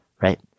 right